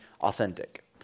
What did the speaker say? authentic